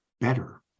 better